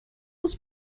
muss